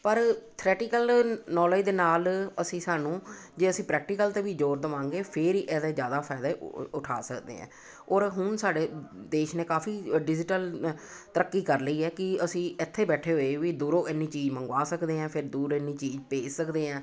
ਪਰ theoretical knowledge ਦੇ ਨਾਲ ਅਸੀਂ ਸਾਨੂੰ ਜੇ ਅਸੀਂ ਪ੍ਰੈਕਟੀਕਲ 'ਤੇ ਵੀ ਜੋਰ ਦੇਵਾਂਗੇ ਫਿਰ ਹੀ ਇਹਦਾ ਜ਼ਿਆਦਾ ਫਾਇਦਾ ਉਠਾ ਸਕਦੇ ਹਾਂ ਔਰ ਹੁਣ ਸਾਡੇ ਦੇਸ਼ ਨੇ ਕਾਫ਼ੀ ਡਿਜ਼ੀਟਲ ਤਰੱਕੀ ਕਰ ਲਈ ਹੈ ਕਿ ਅਸੀਂ ਇੱਥੇ ਬੈਠੇ ਹੋਏ ਵੀ ਦੂਰੋਂ ਇੰਨੀ ਚੀਜ਼ ਮੰਗਵਾ ਸਕਦੇ ਹਾਂ ਫਿਰ ਦੂਰ ਇੰਨੀ ਚੀਜ਼ ਭੇਜ ਸਕਦੇ ਹਾਂ